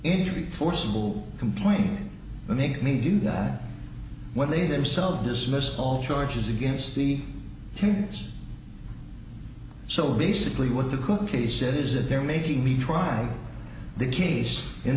entry forcible complaint to make me do that when they themselves dismissed all charges against the him so basically with the cookies is that they're making me try the case in